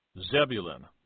Zebulun